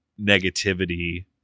negativity